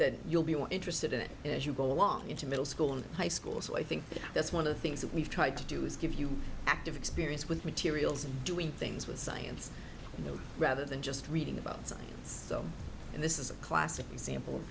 that you'll be more interested in it as you go along into middle school and high school so i think that's one of the things that we've tried to do is give you active experience with materials and doing things with science rather than just reading about science and this is a classic example